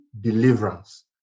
deliverance